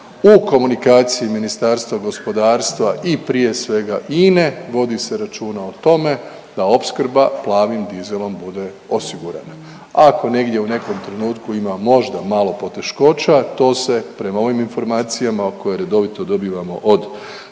u komunikaciji Ministarstva gospodarstva i prije svega INE vodi se računa o tome da opskrba plavim dizelom bude osigurana, a ako negdje u nekom trenutku ima možda malo poteškoća to se prema ovim informacijama koje redovito dobivamo od